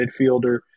midfielder